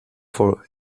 for